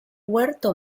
huerto